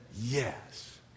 yes